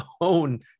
own